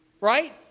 Right